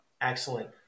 Excellent